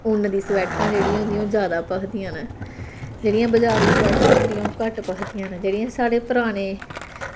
ऊन्न दी स्वेटरां जेह्ड़ियां होंदियां न ओह् जैदा भक्खदियां न जेह्ड़ियां बजारू स्वेटरां होंदियां न ओह् घट्ट भखदियां न जेह्ड़ियां साढ़े पराने